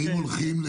אני מדגיש את